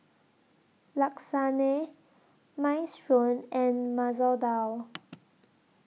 Lasagne Minestrone and Masoor Dal